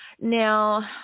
Now